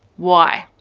why?